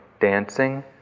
dancing